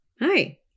Hi